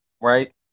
right